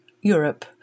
Europe